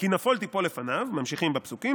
"כי נפול תפול לפניו" ממשיכים בפסוקים.